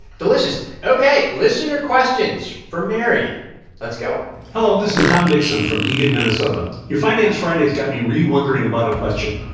delicious. ok. listener questions for mary let's go hello. this is tom dixon from eagan, minn. so but your finance fridays got me re-wondering about a question.